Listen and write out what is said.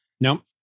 Nope